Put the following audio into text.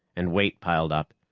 and weight piled up.